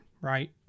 right